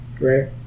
right